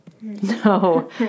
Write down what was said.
No